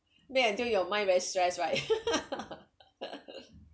bear until your mind very stress right